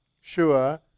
sure